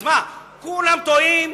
אז מה, כולם טועים?